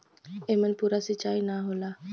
एमन पूरा सींचाई ना होला